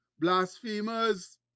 blasphemers